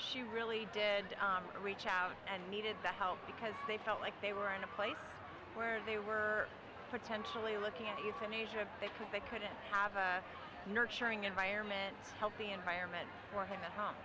she really did reach out and needed the help because they felt like they were in a place where they were potentially looking at euthanasia because they couldn't have a nurturing environment healthy environment for him at home